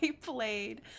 played